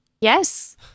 Yes